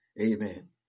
Amen